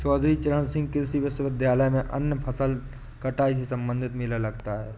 चौधरी चरण सिंह कृषि विश्वविद्यालय में अन्य फसल कटाई से संबंधित मेला लगता है